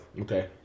Okay